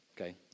okay